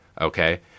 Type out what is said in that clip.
Okay